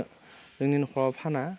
जोंनि नख'राव फाना